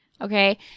Okay